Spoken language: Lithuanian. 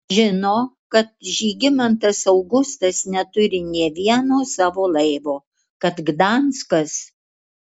žino kad žygimantas augustas neturi nė vieno savo laivo kad gdanskas